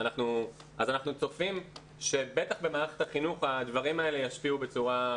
אז אנחנו צופים שבטח במערכת החינוך הדברים ישפיעו בצורה